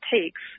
takes